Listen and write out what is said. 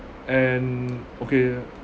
and okay